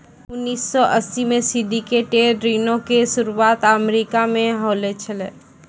उन्नीस सौ अस्सी मे सिंडिकेटेड ऋणो के शुरुआत अमेरिका से होलो छलै